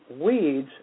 weeds